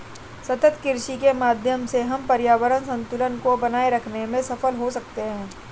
सतत कृषि के माध्यम से हम पर्यावरण संतुलन को बनाए रखते में सफल हो सकते हैं